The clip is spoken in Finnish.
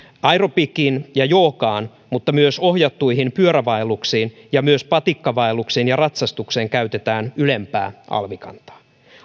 aerobikkiin ja joogaan mutta myös ohjattuihin pyörävaelluksiin ja myös patikkavaellukseen ja ratsastukseen käytetään ylempää alvikantaa